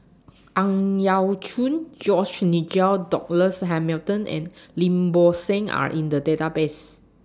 Ang Yau Choon George Nigel Douglas Hamilton and Lim Bo Seng Are in The Database